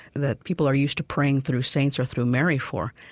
that people are used to praying through saints or through mary for,